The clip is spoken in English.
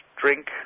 Drink